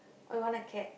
or you want a cat